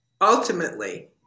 ultimately